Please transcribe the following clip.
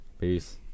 Peace